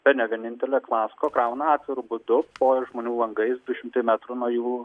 bene vienintelė klasko krauna atviru būdu o ir žmonių langais du šimtai metrų nuo jų